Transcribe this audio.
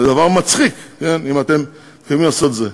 זה דבר מצחיק, כן, אם הולכים לעשות את זה.